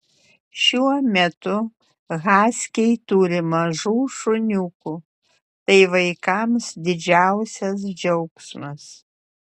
šiuo metu haskiai turi mažų šuniukų tai vaikams didžiausias džiaugsmas